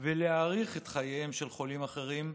ולהאריך את חייהם של חולים אחרים,